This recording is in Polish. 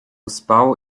spał